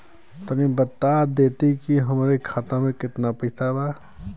तनि बता देती की हमरे खाता में कितना पैसा बा?